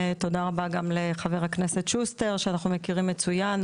תודה רבה גם לחבר הכנסת שוסטר שאנחנו מכירים מצוין,